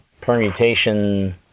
permutation